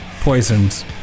Poison's